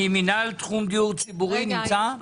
ממינהל תחום דיור ציבורי נמצא?